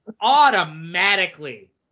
automatically